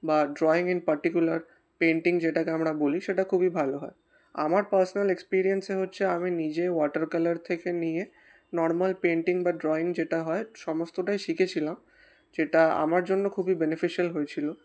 বা drawing in particular painting যেটাকে আমরা বলি সেটা খুবই ভালো হয় আমার পার্সোনাল এক্সপিরিয়েন্সে হচ্ছে আমি নিজে ওয়াটার কালার থেকে নিয়ে নর্মাল পেন্টিং বা ড্রয়িং যেটা হয় সমস্তটাই শিখেছিলাম যেটা আমার জন্য খুবই বেনিফিশিয়াল হয়েছিলো